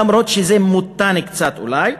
למרות שזה מותן קצת אולי,